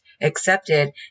accepted